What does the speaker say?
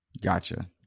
Gotcha